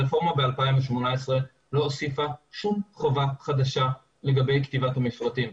הרפורמה ב-2018 לא הוסיפה שום חובה חדשה לגבי כתיבת המפרטים,